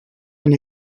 and